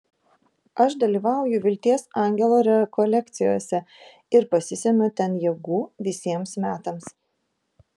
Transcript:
aš dalyvauju vilties angelo rekolekcijose ir pasisemiu ten jėgų visiems metams